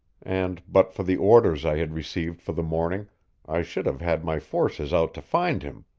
and but for the orders i had received for the morning i should have had my forces out to find him,